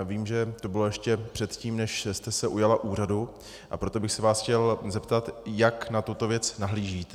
Vím, že to bylo ještě předtím, než jste se ujala úřadu, a proto bych se vás chtěl zeptat, jak na tuto věc nahlížíte.